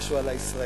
משהו על הישראלים.